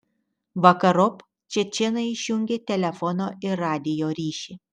vakarop čečėnai išjungė telefono ir radijo ryšį